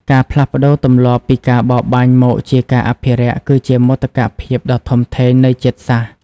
ការផ្លាស់ប្តូរទម្លាប់ពីការបរបាញ់មកជាការអភិរក្ស គឺជាមោទកភាពដ៏ធំធេងនៃជាតិសាសន៍។